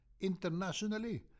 internationally